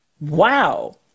Wow